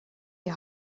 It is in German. die